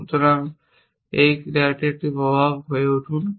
সুতরাং এই ক্রিয়াটির একটি প্রভাব হয়ে উঠুন